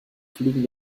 fliegen